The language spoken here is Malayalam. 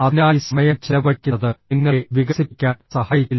അതിനായി സമയം ചെലവഴിക്കുന്നത് നിങ്ങളെ വികസിപ്പിക്കാൻ സഹായിക്കില്ല